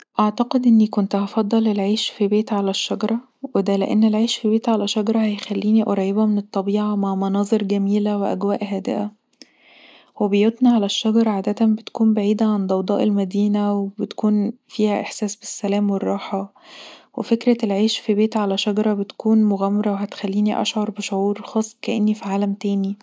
اعتقد اني كنت هفضل العيش في بيت علي الشجرة ودا لأن العيش في بيت علي الشجره هيخليني قريبه من الطبيعة مع مناظر جميلة واجواء هادئه وبيوتتا علي الشجر بتكون عادة بعيده عن اضواء المدينة وبتكون فيها احساس بالسلام والراحة وفكرة العيش في بيت علي شجرة بتكون مغامرة وهتخليني اشعر بشعور خاص كأني في عالم تاني